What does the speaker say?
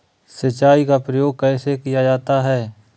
सिंचाई का प्रयोग कैसे किया जाता है?